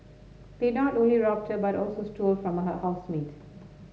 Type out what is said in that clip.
they not only robbed her but also stole from her housemate